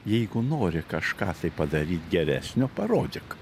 jeigu nori kažką tai padaryt geresnio parodyk